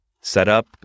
setup